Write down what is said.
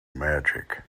magic